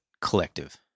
collective